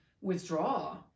withdraw